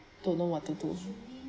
don't know what to do also